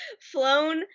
flown